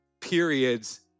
periods